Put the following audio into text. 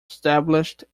established